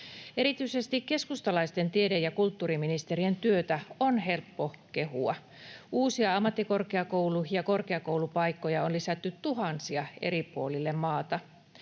Erityisesti keskustalaisten tiede- ja kulttuuriministerien työtä on helppo kehua. Uusia ammattikorkeakoulu- ja korkeakoulupaikkoja on lisätty tuhansia eri puolille maata.